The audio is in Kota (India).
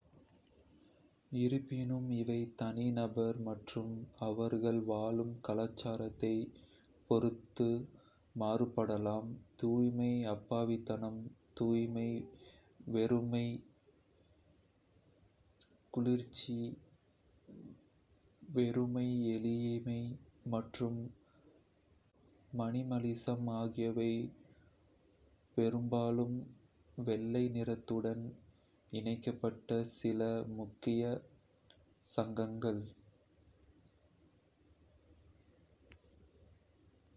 இருப்பினும், இவை தனி நபர் மற்றும் அவர்கள் வாழும் கலாச்சாரத்தைப் பொறுத்து மாறுபடலாம். தூய்மை, அப்பாவித்தனம், தூய்மை, வெறுமை, குளிர்ச்சி, வெறுமை, எளிமை மற்றும் மினிமலிசம் ஆகியவை பெரும்பாலும் வெள்ளை நிறத்துடன் இணைக்கப்பட்ட சில முக்கிய சங்கங்கள்.